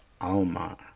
Alma